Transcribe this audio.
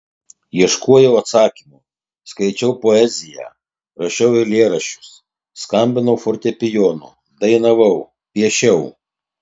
ieškojau atsakymo skaičiau poeziją rašiau eilėraščius skambinau fortepijonu dainavau piešiau